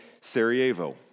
Sarajevo